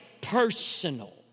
personal